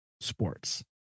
sports